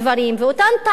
ואותן טענות,